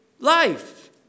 life